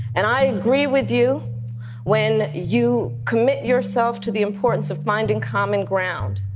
and i agree with you when you commit yourself to the importance of finding common ground.